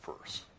first